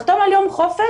לחתום על יום חופש?